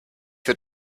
für